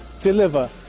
deliver